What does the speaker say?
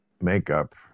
Makeup